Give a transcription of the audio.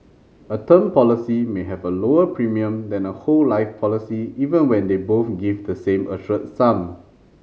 a term policy may have a lower premium than a whole life policy even when they both give the same assured sum